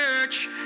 church